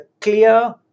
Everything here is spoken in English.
clear